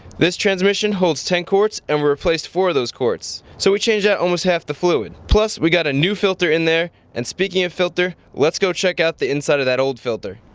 this transmission holds ten quarts. and we replaced four of those quarts, so we changed out almost half the fluid. plus, we got a new filter in there and speaking of filter. let's go check out the inside of that old filter.